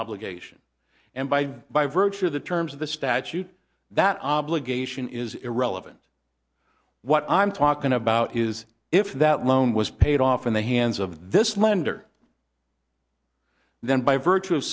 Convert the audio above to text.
obligation and by by virtue of the terms of the statute that obligation is irrelevant what i'm talking about is if that loan was paid off in the hands of this lender then by virtue of